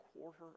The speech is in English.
quarter